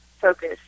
focus